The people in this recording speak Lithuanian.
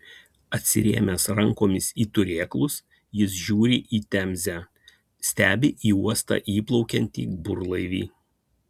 atsirėmęs rankomis į turėklus jis žiūri į temzę stebi į uostą įplaukiantį burlaivį